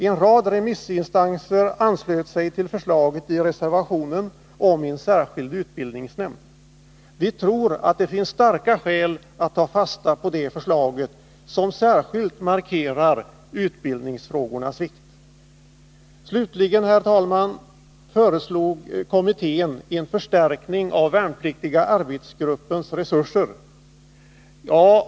En rad remissinstanser anslöt sig till förslaget i reservationen om en särskild utbildningsnämnd. Vi tror att det finns starka skäl att ta fasta på det förslaget, som särskilt markerar utbildningsfrågornas vikt. Slutligen föreslog kommittén en förstärkning av värnpliktiga arbetsgruppens resurser.